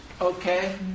okay